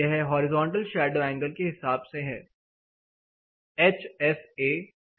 यह horizontal shadow angle के हिसाब से है